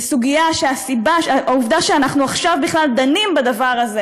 בסוגיה שהעובדה שאנחנו עכשיו בכלל דנים בדבר הזה